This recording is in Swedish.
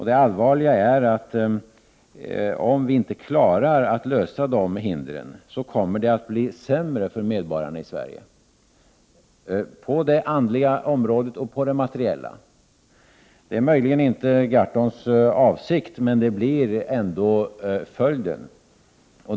Det allvarliga är att om vi inte klarar att nå en lösning som avlägsnar de hindren, kommer det att bli sämre för medborgarna i Sverige, på det andliga området och på det materiella. Det är möjligen inte Per Gahrtons avsikt, men det blir ändå följden.